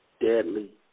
deadly